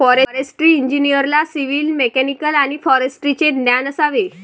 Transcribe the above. forestry इंजिनिअरला civil, mechanical आणि फॉरेस्ट्रीचे ज्ञान असावे